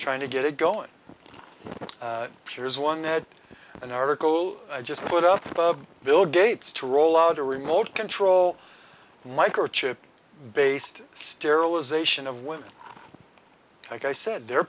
trying to get it going piers one had an article i just put up of bill gates to roll out a remote control microchip based sterilization of women like i said their